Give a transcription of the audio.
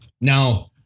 Now